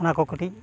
ᱚᱱᱟ ᱠᱚ ᱠᱟᱹᱴᱤᱡ